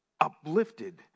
uplifted